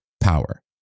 power